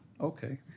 Okay